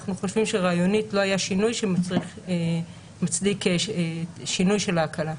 אנחנו חושבים שרעיונות לא היה שינוי שמצדיק שינוי ההקלה.